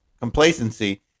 complacency